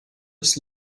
dass